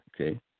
okay